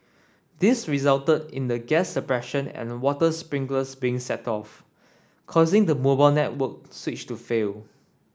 this resulted in the gas suppression and water sprinklers being set off causing the mobile network switch to fail